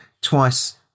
twice